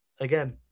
again